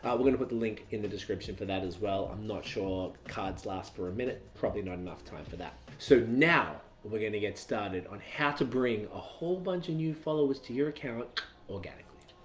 um we're going to put the link in the description for that as well. i'm not sure card's last for a minute, probably not enough time for that. so now, we're going to get started on how to bring a whole bunch of new followers to your account organically.